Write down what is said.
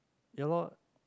yalor